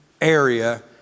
area